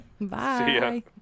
Bye